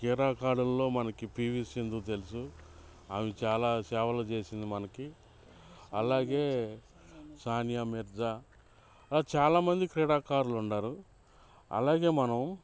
కీడాకారుల్లో మనకి పీవీ సింధు తెలుసు ఆమె చాలా సేవలు చేసింది మనకి అలాగే సానియా మిర్జా అలా చాలా మంది క్రీడాకారులు ఉండారు అలాగే మనం